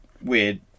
weird